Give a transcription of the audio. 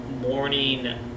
morning